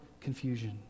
confusion